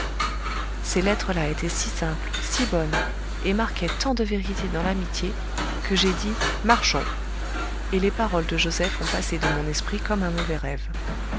ces lettres là étaient si simples si bonnes et marquaient tant de vérité dans l'amitié que j'ai dit marchons et les paroles de joseph ont passé de mon esprit comme un mauvais rêve